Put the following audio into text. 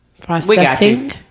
Processing